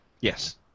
Yes